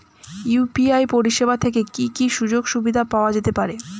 UPI পরিষেবা থেকে কি কি সুযোগ সুবিধা পাওয়া যেতে পারে?